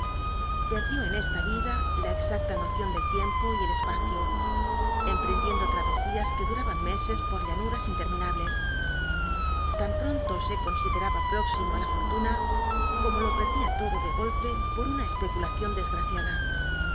perdió en esta vida la exacta noción del tiempo y el espacio emprendiendo travesías que duraban meses por llanuras interminables tan pronto se consideraba próximo á la fortuna como lo perdía todo de golpe por una especulación desgraciada